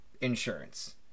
insurance